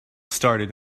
started